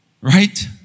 right